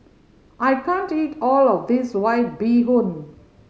I can't eat all of this White Bee Hoon